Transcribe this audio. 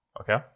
Okay